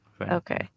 Okay